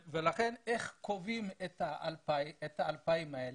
לכן איך קובעים את ה-2,000 האלה?